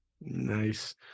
Nice